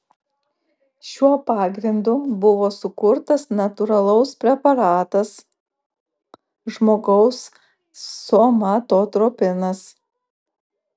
šiuo pagrindu buvo sukurtas natūralaus preparatas žmogaus somatotropinas